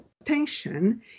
attention